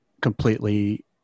completely